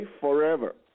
forever